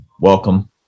Welcome